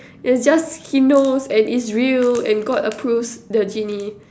it's just he knows and it's real and God approves the genie